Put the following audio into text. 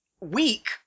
weak